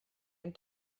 and